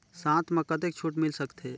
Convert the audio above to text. साथ म कतेक छूट मिल सकथे?